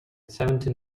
seventeen